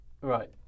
Right